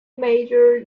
major